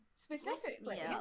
specifically